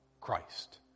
Christ